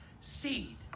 seed